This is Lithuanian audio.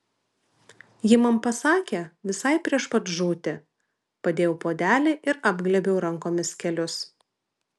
ji man pasakė visai prieš pat žūtį padėjau puodelį ir apglėbiau rankomis kelius